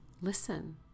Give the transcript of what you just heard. listen